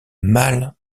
mal